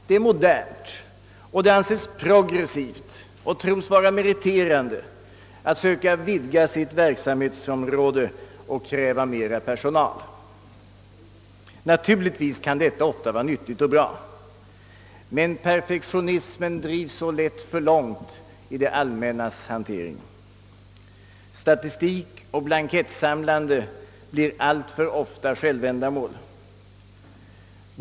Det är modernt och anses progressivt och meriterande att söka vidga sitt verksamhetsområde och kräva mer personal. Naturligtvis kan detta ofta vara riktigt och bra. Men perfektionismen drivs så lätt för långt. Statistik och blankettsamlande blir alltför ofta ett självändamål.